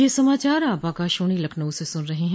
ब्रे क यह समाचार आप आकाशवाणी लखनऊ से सुन रहे हैं